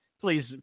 please